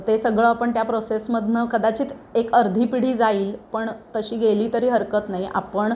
ते सगळं आपण त्या प्रोसेसमधून कदाचित एक अर्धी पिढी जाईल पण तशी गेली तरी हरकत नाही आपण